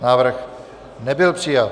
Návrh nebyl přijat.